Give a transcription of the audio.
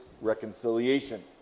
reconciliation